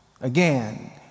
Again